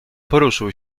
poruszył